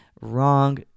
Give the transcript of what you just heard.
wrong